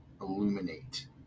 Illuminate